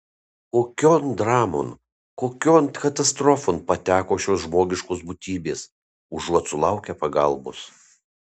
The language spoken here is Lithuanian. kokion dramon kokion katastrofon pateko šios žmogiškos būtybės užuot sulaukę pagalbos